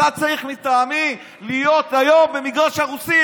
אתה צריך, לטעמי, להיות היום במגרש הרוסים.